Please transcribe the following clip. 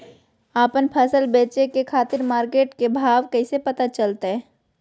आपन फसल बेचे के खातिर मार्केट के भाव कैसे पता चलतय?